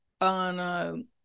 on